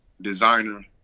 designer